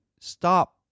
stop